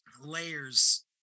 layers